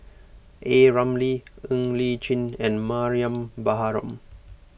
A Ramli Ng Li Chin and Mariam Baharom